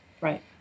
Right